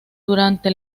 durante